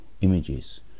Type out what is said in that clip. images